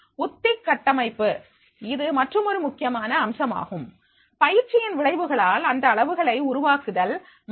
உத்தி கட்டமைப்பு இது மற்றுமொரு முக்கியமான அம்சமாகும் பயிற்சியின் விளைவுகளால் இந்த அளவுகளை உருவாக்குதல் மற்றும்